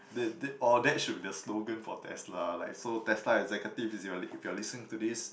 that that oh that should be the slogan for Tesla like so Tesla executive if you're if you're listening to this